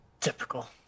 Typical